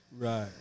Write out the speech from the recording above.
Right